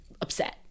upset